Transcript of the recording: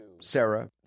Sarah